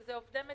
שזה עובדי מדינה,